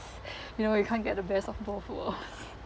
you know you can't get the best of both worlds